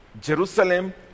Jerusalem